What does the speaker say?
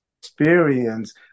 experience